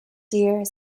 deer